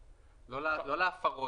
מי בעד אישור סעיף 52?